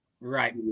right